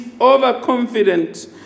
overconfident